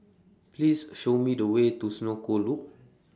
Please Show Me The Way to Senoko Loop